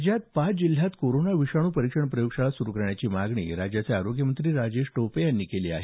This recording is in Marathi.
राज्यात पाच जिल्ह्यात कोरोना विषाणू परीक्षण प्रयोगशाळा सुरू करण्याची मागणी राज्याचे आरोग्य मंत्री राजेश टोपे यांनी केली आहे